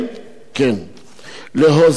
להוזיל את השיחות, מצוין,